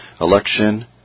Election